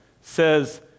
says